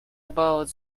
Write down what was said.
about